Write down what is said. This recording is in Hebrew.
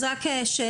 אז רק שאלה,